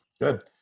Good